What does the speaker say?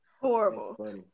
Horrible